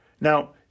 Now